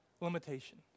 limitation